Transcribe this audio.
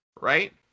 right